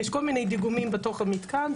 יש כל מיני דיגומים בתוך המתקן.